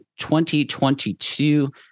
2022